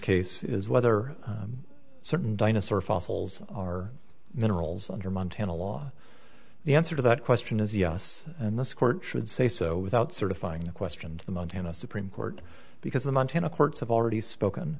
case is whether certain dinosaur fossils are minerals under montana law the answer to that question is yes and this court should say so without certifying the question to the montana supreme court because the montana courts have already spoken